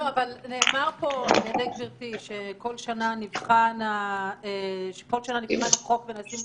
אבל נאמר פה על ידי גברתי שכל שנה החוק נשקל ונבחן מחדש בטרם הוא